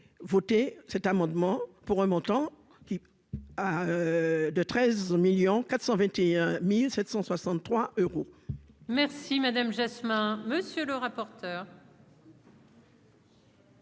voter cet amendement pour un montant qui a de 13 1000000 421763 euros. Merci madame Jasmin, monsieur le rapporteur.